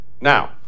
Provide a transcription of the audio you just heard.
Now